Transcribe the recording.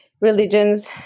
religions